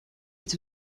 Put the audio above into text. est